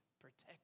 protect